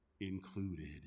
included